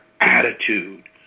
attitude